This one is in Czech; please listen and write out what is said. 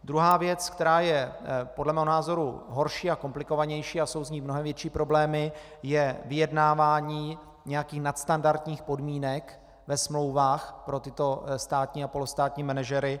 Druhá věc, která je podle mého názoru horší a komplikovanější a jsou s ní mnohem větší problémy, je vyjednávání nějakých nadstandardních podmínek ve smlouvách pro tyto státní a polostátní manažery.